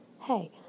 hey